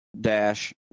dash